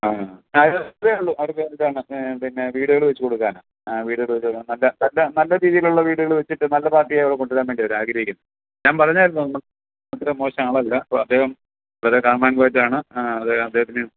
ആ കാര്യം ഇത്രയേ ഉള്ളൂ അവർക്ക് എന്താണ് പിന്നെ വീടുകൾ വെച്ച് കൊടുക്കാനാണ് ആ വീടുകൾ ഒരു നല്ല നല്ല നല്ല രീതിയിലുള്ള വീടുകൾ വെച്ചിട്ട് നല്ല പാർട്ടിയെ കൊണ്ട് വരാൻ വേണ്ടിയാണ് അവർ ആഗ്രഹിക്കുന്നത് ഞാൻ പറഞ്ഞായിരുന്നു അത്ര മോശം ആളല്ല അപ്പോൾ അദ്ദേഹം വളരെ കാം ആൻഡ് ക്വയറ്റ് ആണ് അത് അദ്ദേഹത്തിന്